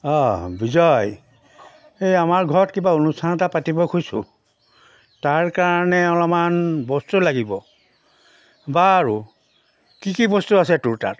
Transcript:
অ' বিজয় এই আমাৰ ঘৰত কিবা অনুষ্ঠান এটা পাতিব খুজিছোঁ তাৰ কাৰণে অলমান বস্তু লাগিব বাৰু কি কি বস্তু আছে তোৰ তাত